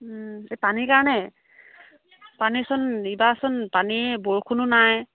এই পানীৰ কাৰণে পানীচোন ইবাৰচোন পানী বৰষুণো নাই